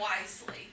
wisely